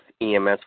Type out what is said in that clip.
EMS